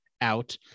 out